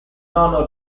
nono